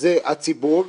זה הציבור.